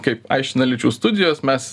kaip aiškina lyčių studijos mes